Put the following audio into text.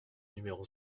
numéro